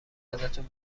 ازتون